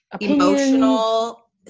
Emotional